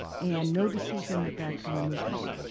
and no decision at that time was made.